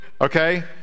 okay